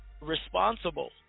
responsible